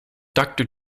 doctor